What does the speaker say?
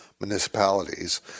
municipalities